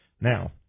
Now